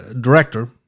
director